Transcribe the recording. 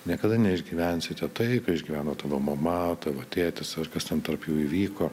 niekada neišgyvensite tai ką išgyveno tavo mama tavo tėtis ar kas ten tarp jų įvyko